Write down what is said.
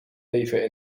leven